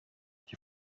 die